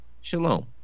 shalom